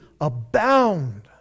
abound